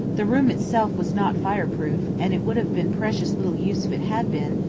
the room itself was not fire-proof, and it would have been precious little use if it had been,